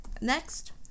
Next